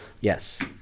Yes